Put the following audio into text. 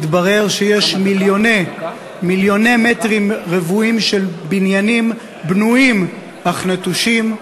התברר שיש מיליוני מטרים רבועים של בניינים בנויים אך נטושים.